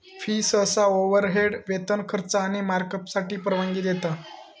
fee सहसा overhead, वेतन, खर्च आणि मार्कअपसाठी परवानगी देता